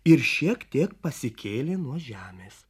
ir šiek tiek pasikėlė nuo žemės